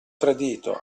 tradito